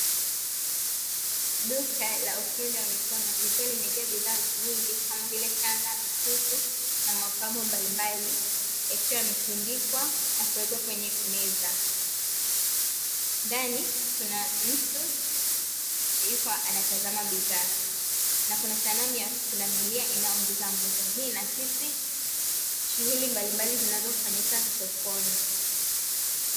Duka la ufundi wa mikono likiwa limejaa bidhaa nyingi kama vile: Shanga, mikufu na mapambo mbalimbali yakiwa yametundikwa na kuwekwa kwenye meza. Ndani kuna mtu yuko anatazama bidhaa na sanamu ya pundamilia inaongeza mvuto hii inaakisi shughuli mbalimbali zinazofanyika sokoni.